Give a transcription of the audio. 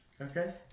Okay